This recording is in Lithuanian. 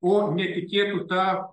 o netikėtų ta